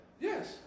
Yes